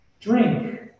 drink